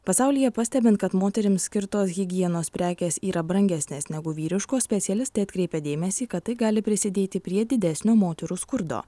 pasaulyje pastebint kad moterims skirtos higienos prekės yra brangesnės negu vyriškos specialistai atkreipia dėmesį kad tai gali prisidėti prie didesnio moterų skurdo